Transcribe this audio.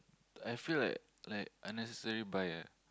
I feel like like unnecessary buy eh